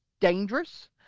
dangerous